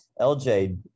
LJ